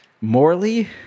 Morally